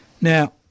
Now